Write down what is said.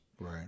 Right